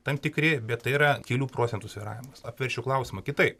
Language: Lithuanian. tam tikri bet tai yra kelių procentų svyravimas apversčiau klausimą kitaip